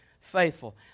faithful